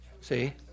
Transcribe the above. See